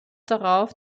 darauf